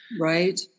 right